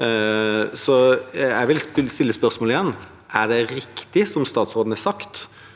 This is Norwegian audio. Jeg vil stille spørsmålet igjen: Er det riktig, som statsråden har sagt,